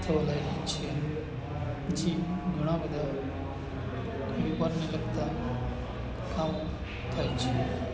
થવા લાગી છે જે ઘણા બધા વેપારને લગતા કામ થાય છે